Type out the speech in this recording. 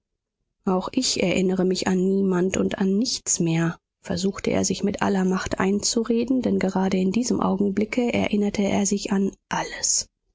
auch ich erinnere mich an niemand und an nichts mehr versuchte er sich mit aller macht einzureden denn gerade in diesem augenblicke erinnerte er sich an alles